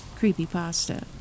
creepypasta